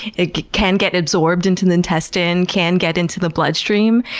ah can get absorbed into the intestine, can get into the bloodstream.